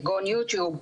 כגון יוטיוב,